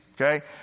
okay